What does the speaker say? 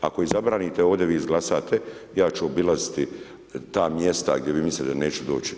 Ako i zabranite ovdje, vi izglasate ja ću obilaziti ta mjesta gdje vi mislite da neću doći.